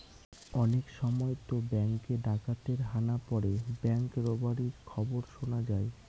অনেক সময়তো ব্যাঙ্কে ডাকাতের হানা পড়ে ব্যাঙ্ক রবারির খবর শোনা যায়